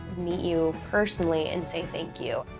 meet you personally and say thank you.